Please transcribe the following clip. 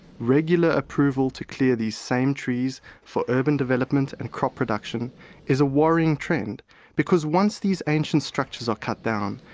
regular approval to clear these same trees for urban development and crop production is a worrying trend because once these ancient structures are cut down,